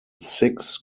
six